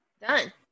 done